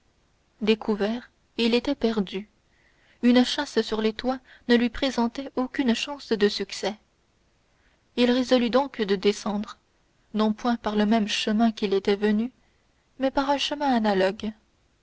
découvert il était perdu une chasse sur les toits ne lui présentait aucune chance de succès il résolut donc de redescendre non point par le même chemin qu'il était venu mais par un chemin analogue